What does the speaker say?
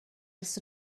ers